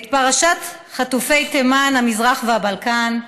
את פרשת חטופי תימן, המזרח והבלקן,